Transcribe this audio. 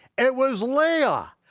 it was leah.